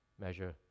measure